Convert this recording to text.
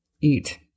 eat